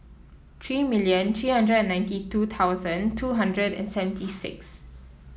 three million three hundred and ninety two thousand two hundred and seventy six